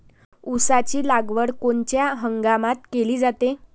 ऊसाची लागवड कोनच्या हंगामात केली जाते?